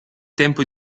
tempo